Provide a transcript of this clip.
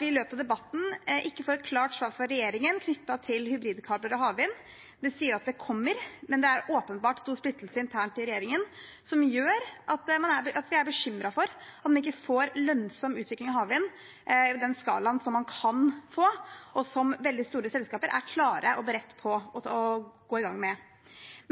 i løpet av debatten ikke får et klart svar fra regjeringen knyttet til hybride kabler og havvind. De sier at det kommer, men det er åpenbart stor splittelse internt i regjeringen, som gjør at vi er bekymret for at man ikke får en lønnsom utvikling av havvind i den skalaen som man kan få, og som veldig store selskaper er klare og beredt til å gå i gang med.